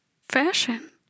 fashion